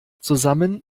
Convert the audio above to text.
zusammen